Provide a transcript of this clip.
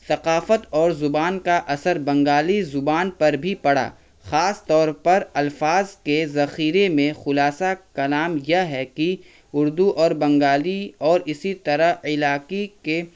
ثقافت اور زبان کا اثر بنگالی زبان پر بھی پڑا خاص طور پر الفاظ کے ذخیرے میں خلاصہ کلام یہ ہے کہ اردو اور بنگالی اور اسی طرح علاقی کے